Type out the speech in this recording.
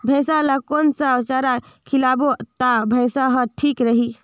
भैसा ला कोन सा चारा खिलाबो ता भैंसा हर ठीक रही?